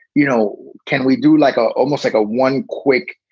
you know, can we do like a almost like a one quick,